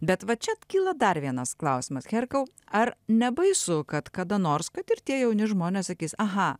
bet va čia kyla dar vienas klausimas herkau ar nebaisu kad kada nors kad ir tie jauni žmonės sakys aha